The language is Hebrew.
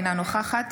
אינה נוכחת